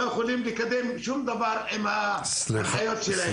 אנחנו לא יכולים לקדם שום דבר עם ההנחיות שלהם.